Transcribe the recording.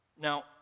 Now